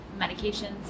medications